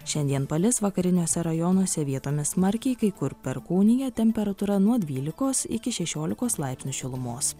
šiandien palis vakariniuose rajonuose vietomis smarkiai kai kur perkūnija temperatūra nuo dvylikos iki šešiolikos laipsnių šilumos